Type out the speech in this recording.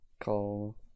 call